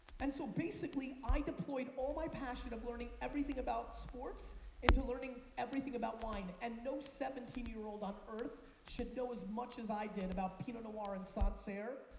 and so, basically i deployed all my passion of learning everything about sports into learning everything about wine and no seventeen year old on earth should know as much as i did about pinot noir and sancerre